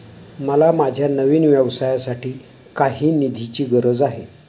मला माझ्या नवीन व्यवसायासाठी काही निधीची गरज आहे